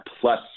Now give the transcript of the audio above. plus